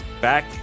back